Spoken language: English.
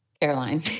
Caroline